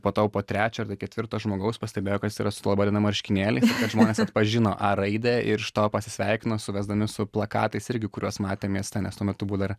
po to jau po trečio ar tai ketvirto žmogaus pastebėjo kad jis yra su laba diena marškinėliais ir kad žmonės atpažino a raidę ir iš to pasisveikino suvesdami su plakatais irgi kuriuos matė mieste nes tuo metu buvo dar